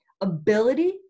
ability